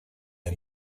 and